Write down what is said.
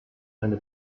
eine